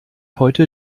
heute